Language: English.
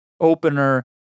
opener